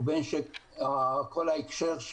ובין כל ההקשר,